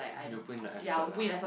you put in the effort lah